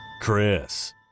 Chris